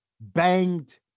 banged